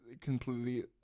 completely